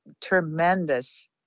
tremendous